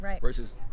versus